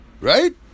Right